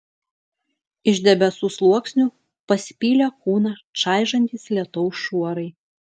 iš debesų sluoksnių pasipylė kūną čaižantys lietaus šuorai